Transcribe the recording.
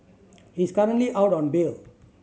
he is currently out on bail